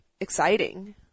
exciting